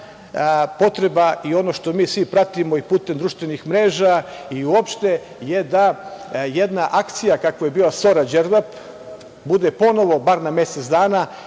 potreba i ono što mi svi pratimo i putem društvenih mreža, i uopšte, je da jedna akcija, kako je bila ORA "Đerdap", bude ponovo, barem na mesec dana